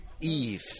Eve